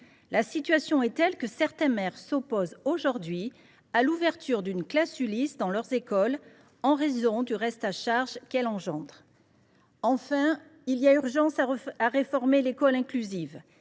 La situation est telle que certains maires s’opposent aujourd’hui à l’ouverture d’une classe Ulis dans leurs écoles, en raison du reste à charge qu’elle engendre. Ensuite, il y a urgence à réformer l’école inclusive.